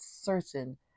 certain